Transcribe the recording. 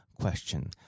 question